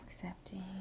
Accepting